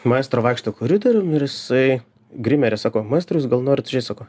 maestro vaikšto koridorium ir jisai grimerė sako maestro jūs gal norit užeit sako